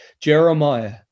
Jeremiah